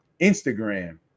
Instagram